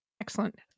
Excellent